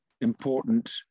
important